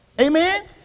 Amen